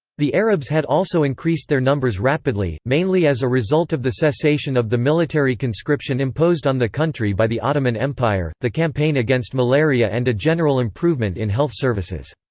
the arabs had also increased their numbers rapidly, mainly as a result of the cessation of the military conscription imposed on the country by the ottoman empire, the campaign against malaria and a general improvement in health services.